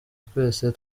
twese